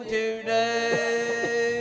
today